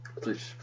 please